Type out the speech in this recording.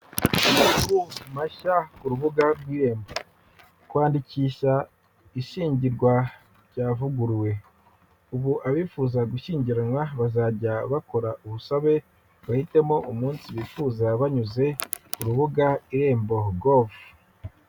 Amakuru mashya ku rubuga rw'irembo; kwandikisha ishyingirwa byavuguruwe ubu abifuza gushyingiranwa bazajya bakora ubusabe bahitemo umunsi bifuza banyuze ku rubuga irembo gove.